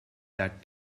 that